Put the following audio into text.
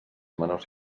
menors